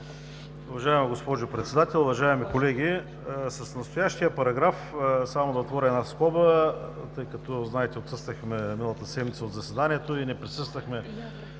Уважаема госпожо Председател, уважаеми колеги! С настоящия параграф, само да отворя една скоба – знаете, отсъствахме миналата седмица от заседанието и не присъствахме